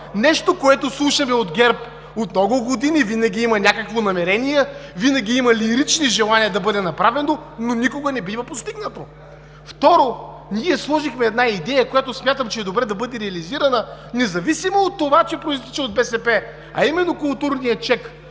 Нещо, което слушаме от ГЕРБ от много години – винаги има някакво намерение, винаги има лирични желания да бъде направено, но никога не бива постигнато. Второ, ние сложихме една идея, която смятам, че е добре да бъде реализирана независимо от това, че произтича от БСП, а именно културния чек